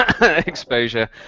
exposure